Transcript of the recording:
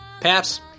paps